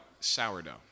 Sourdough